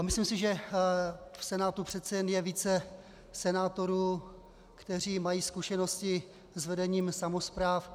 Myslím si, že v Senátu je přece jen více senátorů, kteří mají zkušenosti s vedením samospráv.